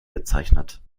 bezeichnet